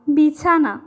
বিছানা